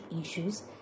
issues